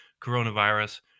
coronavirus